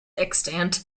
extant